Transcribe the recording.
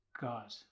God